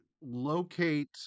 locate